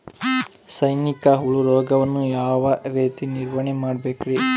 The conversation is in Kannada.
ಸೈನಿಕ ಹುಳು ರೋಗವನ್ನು ಯಾವ ರೇತಿ ನಿರ್ವಹಣೆ ಮಾಡಬೇಕ್ರಿ?